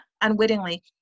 unwittingly